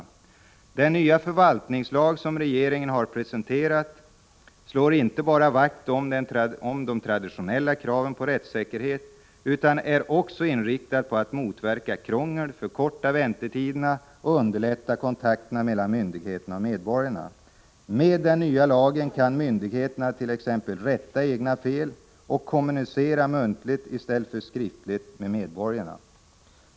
I den nya förvaltningslag som regeringen har presenterat slår man inte bara vakt om de traditionella kraven på rättssäkerhet, utan den är också inriktad på att motverka krångel, förkorta väntetiderna och underlätta kontakterna mellan myndigheterna och medborgarna. Med den nya lagen kan myndigheternat.ex. rätta egna fel och kommunicera muntligt i stället för skriftligt med medborgarna.